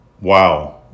Wow